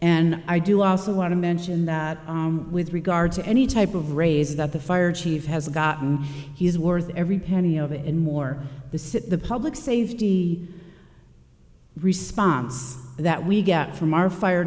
and i do also want to mention that with regard to any type of raise that the fire chief has gotten he is worth every penny of it and more the city the public safety response that we get from our fire